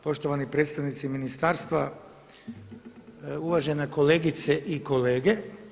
Poštovani predstavnici ministarstva, uvažena kolegice i kolege.